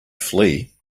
flee